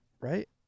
right